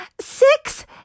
six